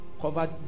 covered